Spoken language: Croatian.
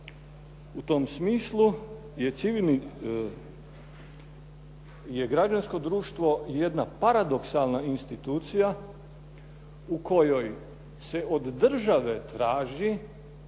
je civilni, je građansko društvo jedna paradoksalna institucija u kojoj se od države traži